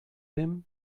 him